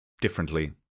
differently